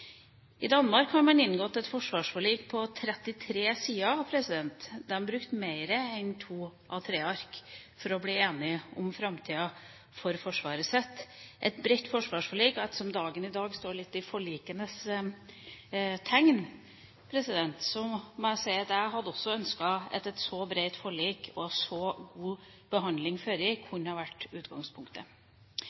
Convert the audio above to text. I Danmark har man inngått et forsvarsforlik på 33 sider. De brukte mer enn to A3-ark for å bli enige om framtida for forsvaret sitt. Ettersom dagen i dag står litt i forlikenes tegn, må jeg si at jeg også hadde ønsket at et så bredt forlik og en så god behandling på forhånd kunne ha vært utgangspunktet.